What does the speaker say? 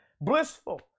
Blissful